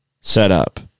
setup